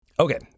Okay